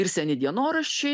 ir seni dienoraščiai